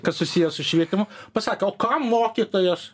kas susiję su švietimu pasakė o ką mokytojas